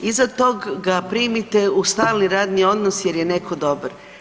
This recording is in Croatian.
Iza tog ga primite u stalni radni odnos jer je netko dobar.